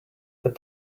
but